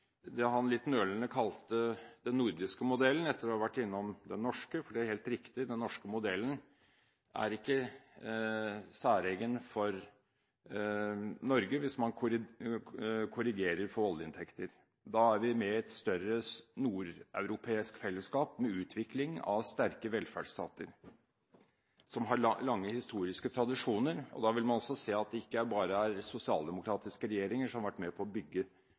det han litt nølende kalte den nordiske modellen, etter å ha vært innom den norske – for det er helt riktig: den norske modellen er ikke særegen for Norge. Hvis man korrigerer for oljeinntekter, er vi med i et større nordeuropeisk fellesskap med utvikling av sterke velferdsstater som har lange historiske tradisjoner. Da vil man også se at det ikke bare er sosialdemokratiske regjeringer som har vært med på å bygge